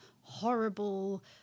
horrible